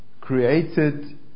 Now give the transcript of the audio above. created